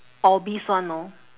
obese one know